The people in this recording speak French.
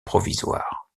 provisoire